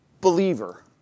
believer